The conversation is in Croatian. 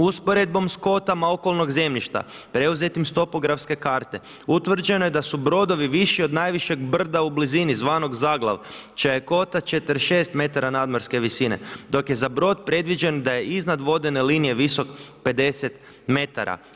Usporedbom s kotama okolnog zemljišta preuzetim s topografske karte utvrđeno je da su brodovi viši od najvišeg brda u blizini zvanog Zaglav čija je kota 46 metara nadmorske visine, dok je za brod predviđeno da je iznad vodene linije visok 50 metara.